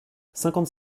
cinquante